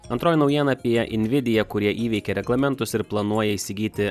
antroji naujiena apie invidiją kurie įveikė reglamentus ir planuoja įsigyti